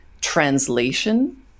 translation